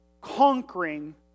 conquering